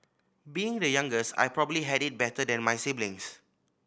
being the youngest I probably had it better than my siblings